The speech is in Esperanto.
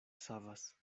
savas